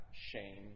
shame